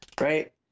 Right